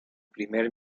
primer